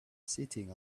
sitting